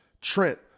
Trent